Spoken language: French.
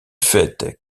faite